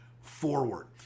forward